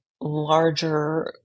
larger